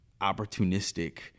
opportunistic